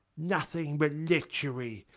nothing but lechery!